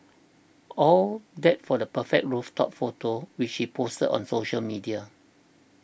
all that for the perfect rooftop photo which he posted on social media